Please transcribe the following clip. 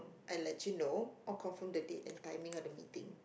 and let you know of confirm the date and timing of the meeting